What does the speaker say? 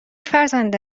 فرزند